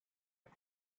its